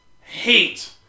hate